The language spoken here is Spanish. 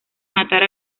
matar